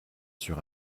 sur